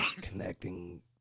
connecting